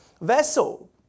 vessel